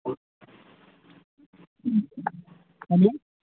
hello